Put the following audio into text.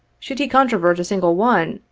should he controvert a single one,